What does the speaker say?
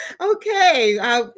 Okay